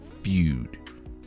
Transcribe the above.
Feud